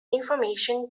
information